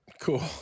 Cool